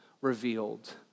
revealed